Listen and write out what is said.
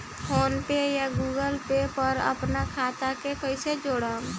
PhonePe या Google Pay पर अपना खाता के कईसे जोड़म?